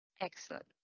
excellent